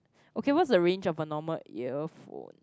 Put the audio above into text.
okay what's the range of a normal earphone